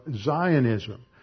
Zionism